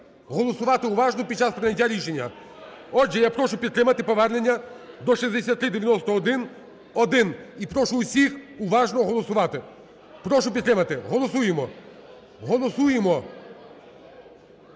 голосувати уважно під час прийняття рішення. Отже, я прошу підтримати повернення до 6391-1 і прошу усіх уважно голосувати. Прошу підтримати. Голосуємо. Голосуємо.